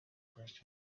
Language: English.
question